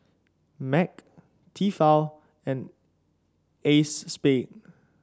Mac Tefal and Acexspade